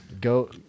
go